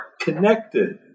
connected